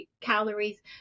calories